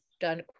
done